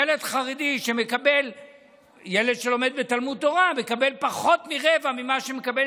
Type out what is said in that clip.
ילד חרדי שלומד בתלמוד תורה ומקבל פחות מרבע ממה שמקבל